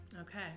Okay